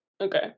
Okay